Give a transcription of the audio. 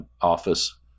office